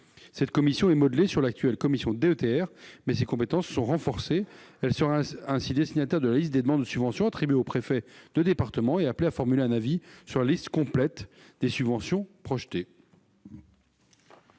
Cette commission, modelée sur l'actuelle commission DETR, mais disposant de compétences renforcées, traitera des deux dotations. Elle serait ainsi destinataire de la liste des demandes de subvention attribuées au préfet de département et appelée à formuler un avis sur la liste complète des subventions projetées.